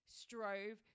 strove